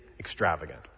extravagant